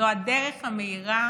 זו הדרך המהירה